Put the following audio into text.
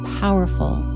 powerful